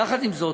יחד עם זאת,